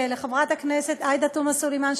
ולחברת הכנסת עאידה תומא סלימאן,